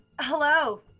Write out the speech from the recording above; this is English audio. Hello